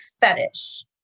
fetish